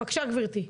בבקשה גבירתי.